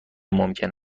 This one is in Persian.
ممکن